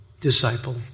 disciple